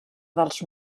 dels